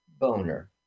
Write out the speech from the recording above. boner